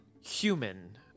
human